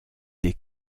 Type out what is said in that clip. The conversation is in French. des